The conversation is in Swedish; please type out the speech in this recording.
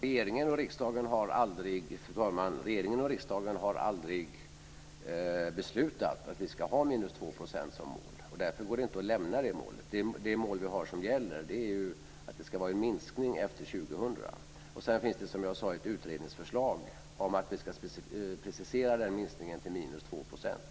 Fru talman! Regeringen och riksdagen har aldrig beslutat att vi ska ha 2 % som mål, och därför går det inte att lämna det målet. Det mål som gäller är att det ska vara en minskning efter 2000. Sedan finns det, som jag sade, ett utredningsförslag om att precisera minskningen till 2 %.